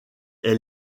est